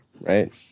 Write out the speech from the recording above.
right